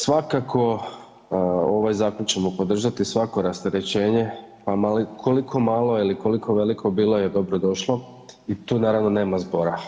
Svakako ovaj zakon ćemo podržati, svako rasterećenje, pa koliko malo ili koliko veliko bilo je dobro došlo i tu naravno nema zbora.